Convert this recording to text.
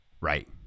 Right